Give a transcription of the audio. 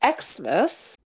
Xmas